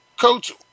Coach